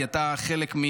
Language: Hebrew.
כי אתה בסוף חלק,